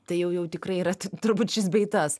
tai jau jau tikrai yra turbūt šis bei tas